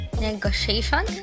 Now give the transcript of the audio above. Negotiation